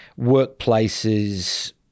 workplaces